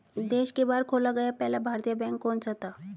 देश के बाहर खोला गया पहला भारतीय बैंक कौन सा था?